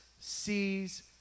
sees